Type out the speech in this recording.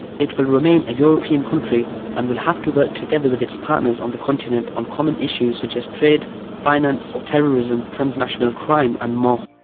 it will remain a european country and will have to work together with its partners on the continent on common issues such as trade, finance, terrorism, transnational crime, and more.